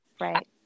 Right